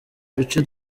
duce